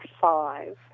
five